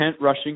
rushing